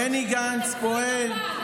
בני גנץ פועל,